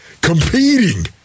competing